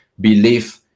belief